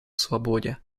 свободе